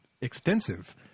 extensive